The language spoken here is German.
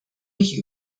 mich